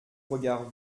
regard